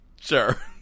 Sure